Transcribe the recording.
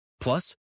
Plus